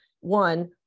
one